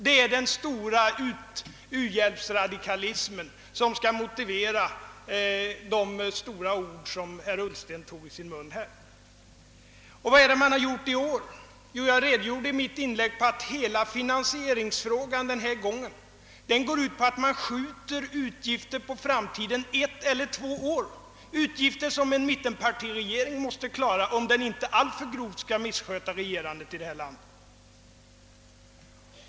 Detta är den stora uhjälpsradikalismen, som skall motivera de stora ord som herr Ullsten tog i sin mun. Vad har man gjort i år? Jag redogjorde i mitt inlägg för att hela finansieringspolitiken denna gång går ut på att skjuta utgifter på framtiden ett eller två år, utgifter som en mittenpartiregering måste klara om den inte alltför grovt skall missköta regerandet i detta land.